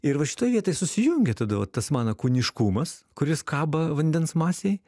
ir va šitoj vietoj susijungia tada vat tas mano kūniškumas kuris kaba vandens masėj